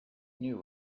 knew